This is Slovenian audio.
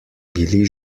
bili